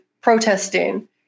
protesting